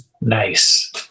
Nice